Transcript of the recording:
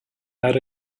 out